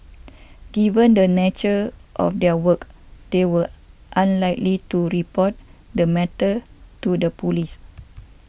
given the nature of their work they were unlikely to report the matter to the police